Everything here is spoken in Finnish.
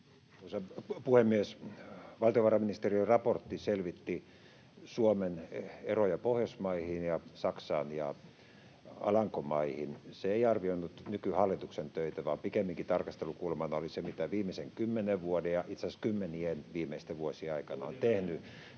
Arvoisa puhemies! Valtiovarainministeriön raportti selvitti Suomen eroja Pohjoismaihin ja Saksaan ja Alankomaihin. Se ei arvioinut nykyhallituksen töitä, vaan pikemminkin tarkastelukulmana oli se, mitä viimeisen kymmenen vuoden ja itse asiassa kymmenien viimeisten vuosien aikana on tehty,